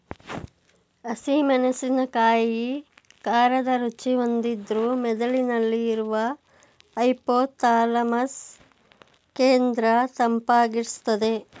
ಹಸಿ ಮೆಣಸಿನಕಾಯಿ ಖಾರದ ರುಚಿ ಹೊಂದಿದ್ರೂ ಮೆದುಳಿನಲ್ಲಿ ಇರುವ ಹೈಪೋಥಾಲಮಸ್ ಕೇಂದ್ರ ತಂಪಾಗಿರ್ಸ್ತದೆ